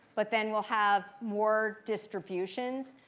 but then we'll have more distributions.